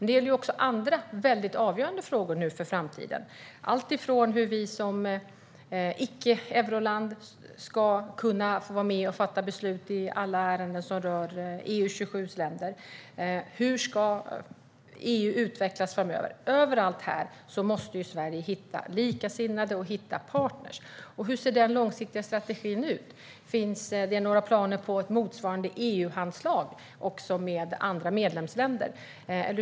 Detsamma gäller andra avgörande frågor för framtiden, alltifrån hur vi som icke-euroland ska kunna vara med och fatta beslut i alla ärenden som rör EU:s 27 länder till hur EU ska utvecklas framöver. Här måste Sverige hitta likasinnade länder och hitta partner. Hur ser den långsiktiga strategin ut? Finns det några planer på ett motsvarande EU-handslag också med andra medlemsländer?